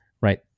right